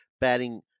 batting